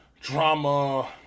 drama